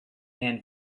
man